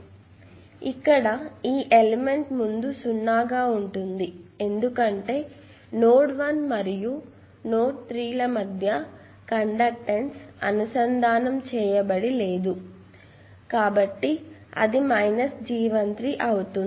కాబట్టి ఇక్కడ ఈ ఎలిమెంట్ ముందు సున్నాగా ఉంటుంది ఎందుకంటే నోడ్స్ 1 మరియు 3 ల మధ్య కండక్టెన్స్ అనుసంధానం చేయబడి లేదు అది G13 అవుతుంది